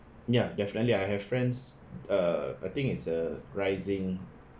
ya definitely I have friends err I think it's a rising